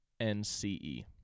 N-C-E